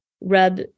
rub